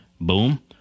Boom